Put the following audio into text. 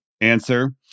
answer